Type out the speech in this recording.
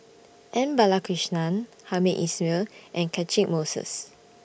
M Balakrishnan Hamed Ismail and Catchick Moses